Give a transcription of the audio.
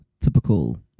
typical